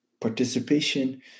participation